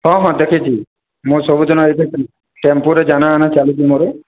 ହଁ ହଁ ଦେଖିଛି ମୁଁ ସବୁଦିନ ଏଠି ଟେମ୍ପୁ ରେ ଜାନା ଆନା ଚାଲିଛି ମୋର